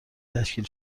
تشکیل